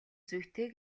зүйтэй